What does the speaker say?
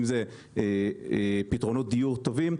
אם זה פתרונות דיור טובים.